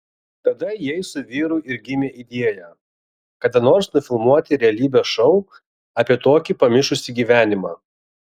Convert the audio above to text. tada jai su vyru ir gimė idėja kada nors nufilmuoti realybės šou apie tokį pamišusį gyvenimą